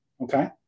Okay